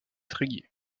tréguier